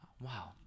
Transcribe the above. Wow